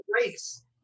race